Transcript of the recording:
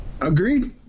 Agreed